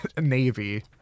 navy